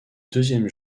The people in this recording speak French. deuxième